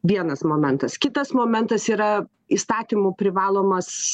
vienas momentas kitas momentas yra įstatymų privalomas